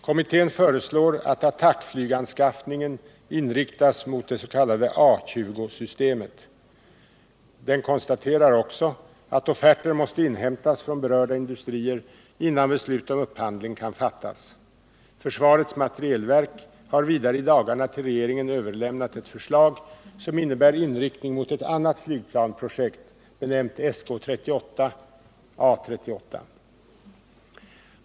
Kommittén föreslår att attackflygsanskaffningen inriktas mot det s.k. A 20-systemet. 119 Den konstaterar också att offerter måste inhämtas från berörda industrier innan beslut om upphandling kan fattas. Försvarets materielverk har vidare i dagarna till regeringen överlämnat ett förslag som innebär inriktning mot ett annat flygplansprojekt, benämnt Sk 38/A 38.